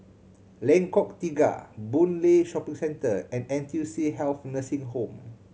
Lengkong Tiga Boon Lay Shopping Centre and N T U C Health Nursing Home